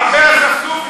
הכנסת, הרבה אספסופים.